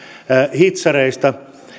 hitsareista